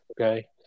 okay